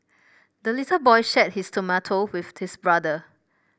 the little boy shared his tomato with his brother